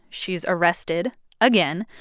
she is arrested again.